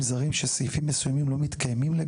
אני לא אומר שקל, אני לא אומר 100 שקלים.